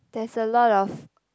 there's a lot of